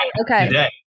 Okay